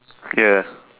ya